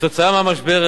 כתוצאה מהמשבר,